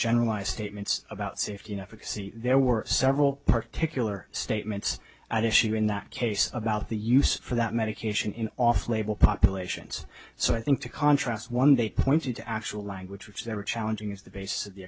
generalized statements about safety and efficacy there were several particular statements at issue in that case about the use for that medication in off label populations so i think to contrast one day pointed to actual language which they were challenging as the basis of the